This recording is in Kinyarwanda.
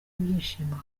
ibyishimo